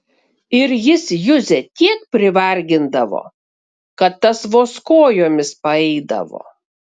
ir jis juzę tiek privargindavo kad tas vos kojomis paeidavo